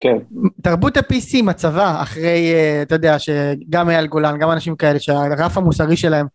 תרבות הפיסי מצבה אחרי, אתה יודע, שגם אייל גולן גם אנשים כאלה שהרף המוסרי שלהם...